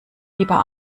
lieber